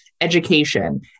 education